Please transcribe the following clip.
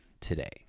today